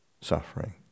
suffering